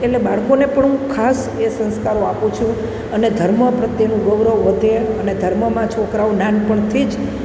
એટલે બાળકોને પણ હું ખાસ એ સંસ્કારો આપું છું અને ધર્મ પ્રત્યેનું ગૌરવ વધે અને ધર્મમાં છોકરાઓ નાનપણથી જ